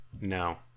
No